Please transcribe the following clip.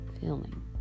feeling